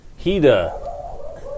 Hida